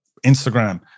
Instagram